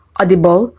audible